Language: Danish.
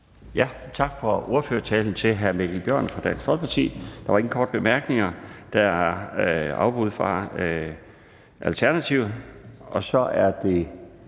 Tak for ordførertalen til hr. Mikkel Bjørn fra Dansk Folkeparti. Der er ingen korte bemærkninger. Der er afbud fra Alternativet. Så er det